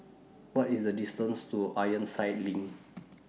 What IS The distance to Ironside LINK